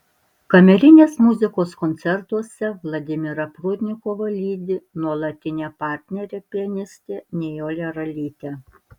kamerinės muzikos koncertuose vladimirą prudnikovą lydi nuolatinė partnerė pianistė nijolė ralytė